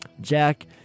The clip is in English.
Jack